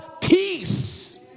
peace